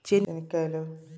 చెనిక్కాయలు